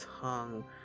tongue